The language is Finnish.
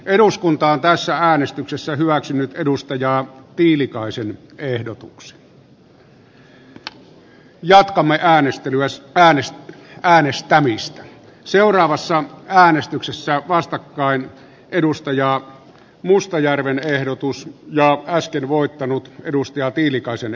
ensin äänestetään timo soinin ehdotuksesta kimmo tiilikaisen ehdotusta vastaan sen jälkeen voittaneesta ehdotuksesta markus mustajärven ehdotus laukaistiin voittanut edustaja tiilikaisen